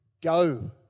go